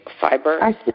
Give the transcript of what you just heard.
fiber